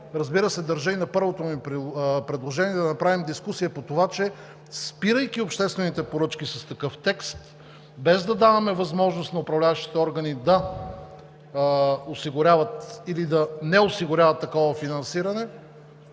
Разбира се, държа на първото ни предложение да направим дискусия по това, че, спирайки обществените поръчки с такъв текст, без да даваме възможност на управляващите органи да осигуряват или да не